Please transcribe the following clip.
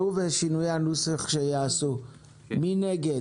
מי נגד?